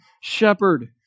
shepherd